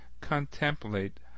contemplate